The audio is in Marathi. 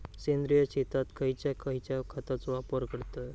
सेंद्रिय शेतात खयच्या खयच्या खतांचो वापर करतत?